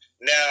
Now